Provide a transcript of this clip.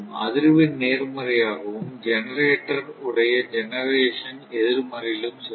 அதிர்வெண் நேர்மறையாகவும் ஜெனெரேட்டர் உடைய ஜெனெரசன் எதிர்மறையிலும் செல்லும்